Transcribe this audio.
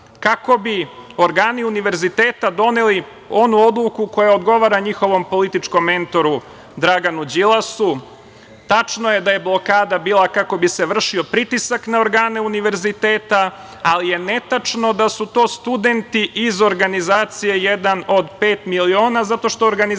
kako bi organi univerziteta doneli onu odluku koja odgovara njihovom političkom mentoru Draganu Đilasu. Tačno je da je blokada bila kako bi se vršio pritisak na organe univerziteta, ali je netačno da su to studenti iz organizacije „jedan od 5 miliona“, zato što organizacija